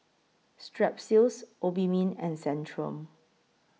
Strepsils Obimin and Centrum